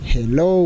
Hello